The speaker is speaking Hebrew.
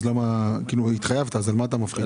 כלומר שהתחייבת ולכן למה אתה מפחית?